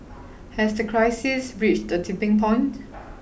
has the crisis reached a tipping point